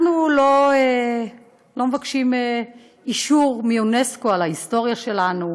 אנחנו לא מבקשים אישור מאונסק"ו על ההיסטוריה שלנו,